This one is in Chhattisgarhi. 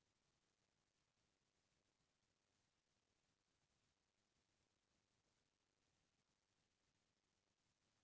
बेंक ह आदमी मन ल ओकर जरूरत के हिसाब से कई किसिम के लोन देथे